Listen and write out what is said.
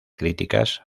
críticas